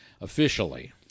officially